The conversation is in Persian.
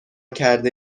کرده